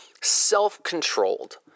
self-controlled